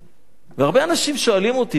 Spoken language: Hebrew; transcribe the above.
הרבה אנשים שואלים אותי: בן-ארי,